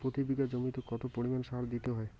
প্রতি বিঘা জমিতে কত পরিমাণ সার দিতে হয়?